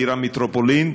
המטרופולין,